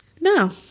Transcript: No